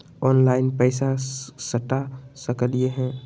Online पैसा सटा सकलिय है?